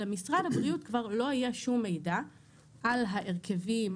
למשרד הבריאות כבר לא יהיה שום מידע על הרכבים,